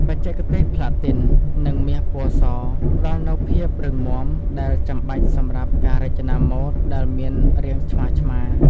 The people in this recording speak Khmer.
បច្ចេកទេសប្លាទីន និងមាសពណ៌ស ផ្ដល់នូវភាពរឹងមាំដែលចាំបាច់សម្រាប់ការរចនាម៉ូដដែលមានរាងឆ្មារៗ។